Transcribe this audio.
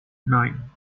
nine